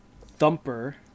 Thumper